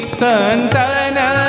santana